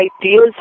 ideas